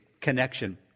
connection